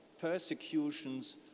persecutions